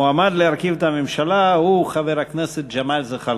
המועמד להרכיב את הממשלה הוא חבר הכנסת ג'מאל זחאלקה.